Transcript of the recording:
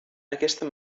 aquesta